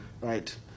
right